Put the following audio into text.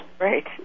right